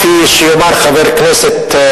כפי שיאמר חבר הכנסת,